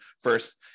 first